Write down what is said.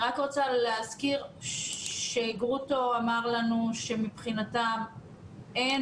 אני רק רוצה להזכיר שגרוטו אמר לנו שמבחינתם אין